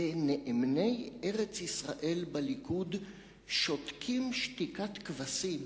ונאמני ארץ-ישראל בליכוד שותקים שתיקת כבשים,